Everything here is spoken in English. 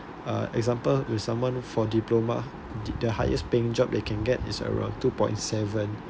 uh example with someone for diploma th~ the highest paying job they can get is around two point seven